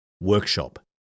workshop